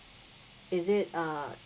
is it uh